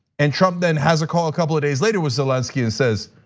and trump then has a call a couple of days later with zelensky and says,